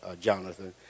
Jonathan